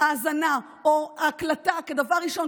האזנה או הקלטה כדבר ראשון,